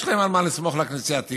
יש להם על מה לסמוך, לכנסייתיים.